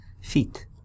feet